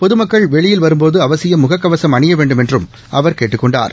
பொதுமக்கள் வெளியில் வரும் போது அவசியம் முகக்கவசம் அணிய வேண்டும் என்றும் அவர் கேட்டுக் கொண்டார்